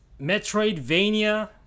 Metroidvania